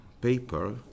paper